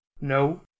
No